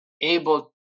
able